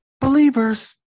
believers